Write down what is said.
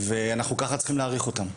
וכך אנחנו צריכים להעריך אותם.